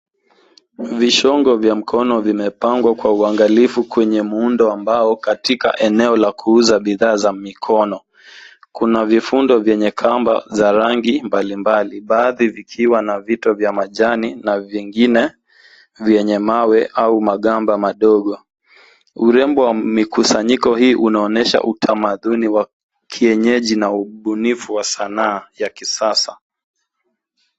Vishongo vya mikono vimepangwa kwa uangalifu kwenye muundo wa mbao katika eneo la kuuza bidhaa za mikono. Kuna vifundo vyenye kamba za rangi mbalimbali, baadhi vikiwa na vito vya majani na vingine vyenye mawe au magamba madogo. Urembo wa mikusanyiko hii unaonyesha utamaduni wa kienyeji na ubunifu wa sanaa ya kisasa.